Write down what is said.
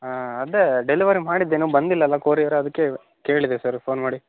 ಹಾಂ ಅದೇ ಡೆಲಿವರಿ ಮಾಡಿದ್ದು ಇನ್ನು ಬಂದಿಲ್ಲಲ್ಲ ಕೊರಿಯರ್ ಅದಕ್ಕೆ ಕೇಳಿದೆ ಸರ್ ಫೋನ್ ಮಾಡಿ